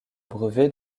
brevet